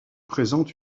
présentent